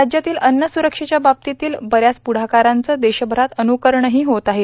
राज्यातील अव्न सुरक्षेच्या बाबतीतील बऱ्याच पुढाकाराचं देशभरात अन्रकरणही होत आहे